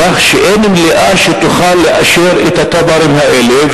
כך שאין מליאה שתוכל לאשר את התב"רים האלה.